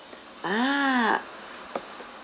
ah